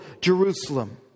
Jerusalem